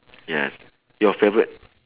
yes your favourite